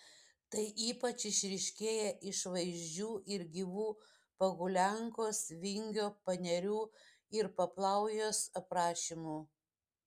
tai ypač išryškėja iš vaizdžių ir gyvų pohuliankos vingio panerių ir paplaujos aprašymų